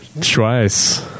twice